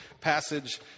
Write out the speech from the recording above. passage